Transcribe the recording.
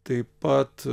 taip pat